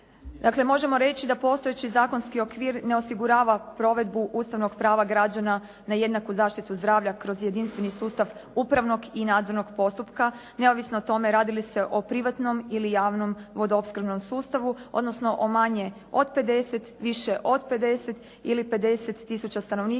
Dakle možemo reći da postojeći zakonski okvir ne osigurava provedbu ustavnog prava građana na jednaku zaštitu zdravlja kroz jedinstveni sustav upravnog i nadzornog postupka neovisno o tome radi li se o privatnom ili javnom vodoopskrbnom sustavu odnosno o manje od 50, više od 50 ili 50 tisuća stanovnika